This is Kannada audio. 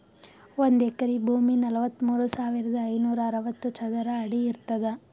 ಒಂದ್ ಎಕರಿ ಭೂಮಿ ನಲವತ್ಮೂರು ಸಾವಿರದ ಐನೂರ ಅರವತ್ತು ಚದರ ಅಡಿ ಇರ್ತದ